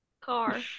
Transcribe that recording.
car